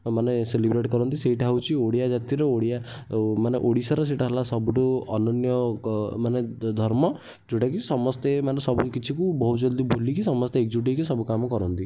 ଆଉ ମାନେ ସେଲିବ୍ରେଟ୍ କରନ୍ତି ସେଇଟା ହେଉଛି ଓଡ଼ିଆ ଜାତିର ଓଡ଼ିଆ ମାନେ ଓଡ଼ିଶାର ସେଇଟା ହେଲା ସବୁଠୁ ଅନନ୍ୟ ମାନେ ଧର୍ମ ଯେଉଁଟାକି ସମସ୍ତେ ମାନେ ସବୁ କିଛିକୁ ବହୁତ ଜଲଦି ଭୁଲିକି ସମସ୍ତେ ଏକଜୁଟ ହେଇକି ସବୁକାମ କରନ୍ତି